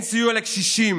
אין סיוע לקשישים,